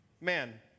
man